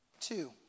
Two